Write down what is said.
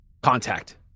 Contact